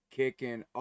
kicking